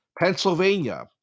Pennsylvania